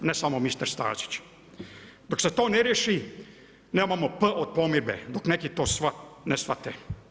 Ne samo mister Stazić, dok se to ne riješi, nemamo P od pomirbe, dok neki to ne shvate.